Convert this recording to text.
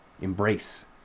embrace